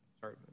Sorry